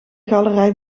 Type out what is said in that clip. galerij